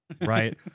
right